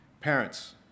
Parents